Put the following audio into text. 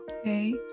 okay